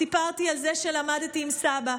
סיפרתי על זה שלמדתי עם סבא,